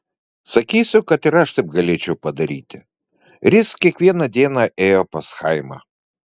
sakysiu kad ir aš taip galėčiau padaryti ris kiekvieną dieną ėjo pas chaimą